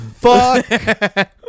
fuck